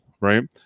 Right